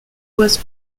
was